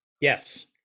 Yes